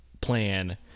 plan